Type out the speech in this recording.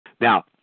Now